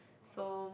so